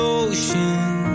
ocean